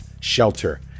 shelter